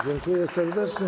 Dziękuję serdecznie.